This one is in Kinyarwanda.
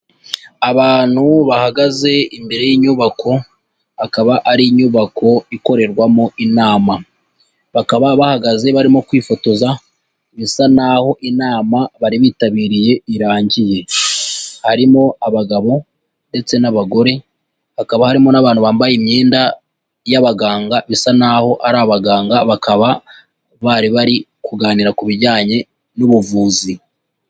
Abantu bahagaze imbere y'inyubako, akaba ari inyubako ikorerwamo inama, bakaba bahagaze barimo kwifotoza bisa naho inama bari bitabiriye irangiye, harimo abagabo ndetse n'abagore, hakaba harimo n'abantu bambaye imyenda y'abaganga bisa naho ari abaganga, bakaba bari bari kuganira ku bijyanye n'ubuvuzi.